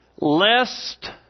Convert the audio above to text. lest